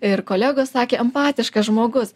ir kolegos sakė empatiškas žmogus